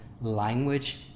language